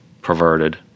perverted